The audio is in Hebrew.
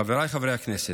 חבריי חברי הכנסת,